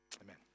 Amen